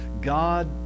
God